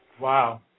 Wow